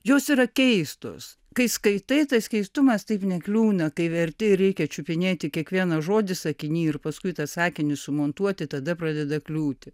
jos yra keistos kai skaitai tas keistumas taip nekliūna kai verti ir reikia čiupinėti kiekvieną žodį sakiny ir paskui tą sakinį sumontuoti tada pradeda kliūti